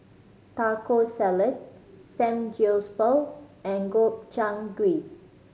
Taco Salad Samgyeopsal and Gobchang Gui